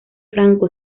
franco